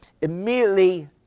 immediately